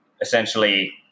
essentially